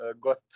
got